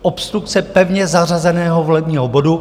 Obstrukce pevně zařazeného volebního bodu!